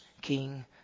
king